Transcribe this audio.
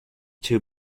too